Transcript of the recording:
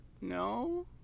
no